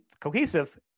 cohesive